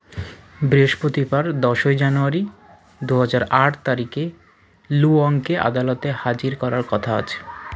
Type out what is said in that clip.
বৃহস্পতিবার দশই জানুয়ারি দু হাজার আট তারিখে লুঅংকে আদালতে হাজির করার কথা আছে